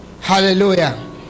Hallelujah